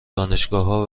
دانشگاهها